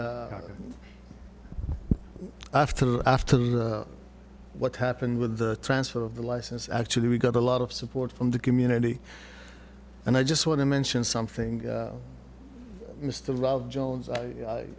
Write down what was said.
can after after what happened with the transfer of the license actually we got a lot of support from the community and i just want to mention something mr jones i